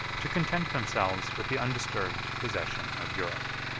to content themselves with the undisturbed possession of europe.